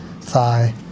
thigh